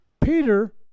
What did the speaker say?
Peter